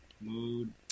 Mood